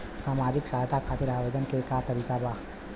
सामाजिक सहायता खातिर आवेदन के का तरीका बा?